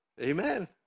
Amen